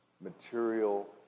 material